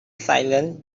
silent